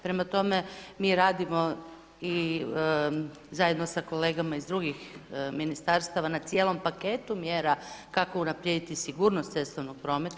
Prema tome, mi radimo i zajedno sa kolegama iz drugih ministarstava na cijelom paketu mjera kako unaprijediti sigurnost cestovnog prometa.